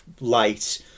light